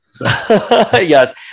yes